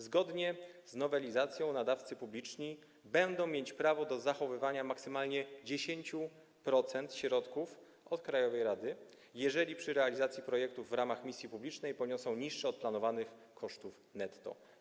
Zgodnie z nowelizacją nadawcy publiczni będą mieć prawo do zachowania maksymalnie 10% środków od krajowej rady, jeżeli przy realizacji projektu w ramach misji publicznej poniosą niższe od planowanych koszty netto.